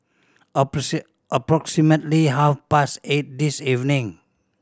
approximately half past eight this evening